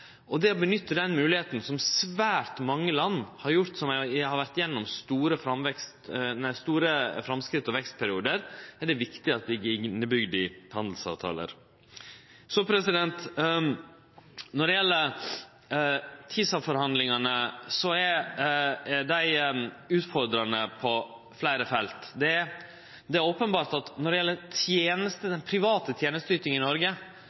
vekstperiode. Det å nytte denne moglegheita som svært mange land som har vore gjennom store framsteg og vekstperiodar, har gjort, er det viktig at vert bygd inn i handelsavtalar. Når det gjeld TISA-forhandlingane, er dei utfordrande på fleire felt. Det er openbert at når det gjeld den private tenesteytinga i Noreg,